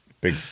Big